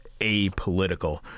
apolitical